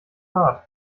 rat